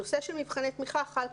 הנושא של מבחני תמיכה חל,